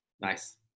Nice